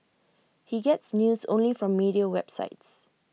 he gets news only from media websites